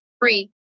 Free